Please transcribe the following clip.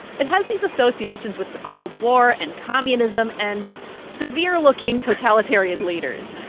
it has these associations with the cold war and communism and severe-looking totalitarian leaders.